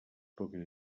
spoken